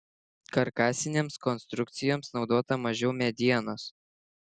karkasinėms konstrukcijoms naudota mažiau medienos